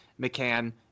McCann